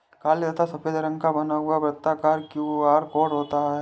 काले तथा सफेद रंग का बना हुआ वर्ताकार क्यू.आर कोड होता है